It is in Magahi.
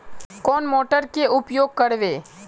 कौन मोटर के उपयोग करवे?